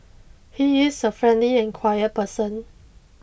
he is a friendly and quiet person